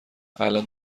الان